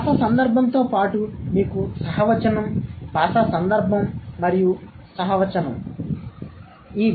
భాషా సందర్భంతో పాటు మీకు సహ వచనం భాషా సందర్భం మరియు సహ వచనం సరే